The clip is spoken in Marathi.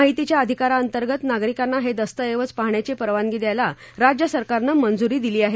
माहिती या अधिकारांतगत नागरकांना हे द तऐवज पाह याची परवानगी ायला रा य सरकारनं मंजूरी दिली आहे